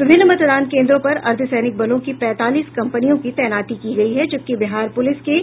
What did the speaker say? विभिन्न मतदान कोन्द्रों पर अर्द्वसैनिक बलों की पैंतालीस कंपनियों की तैनाती की गयी है जबकि बिहार पुलिस के